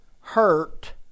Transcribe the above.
hurt